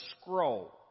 scroll